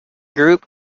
group